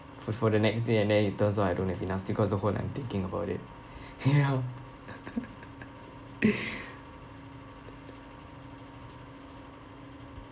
for for the next day and then it turns out I don't have enough sleep cause the whole night I'm thinking about it ya